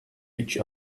each